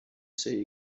say